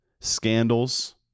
scandals